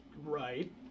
Right